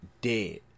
Dead